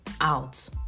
out